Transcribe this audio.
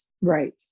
right